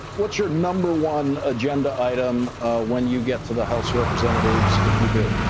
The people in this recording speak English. what's your number one agenda item when you get to the house of representatives, if you do?